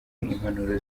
impanuro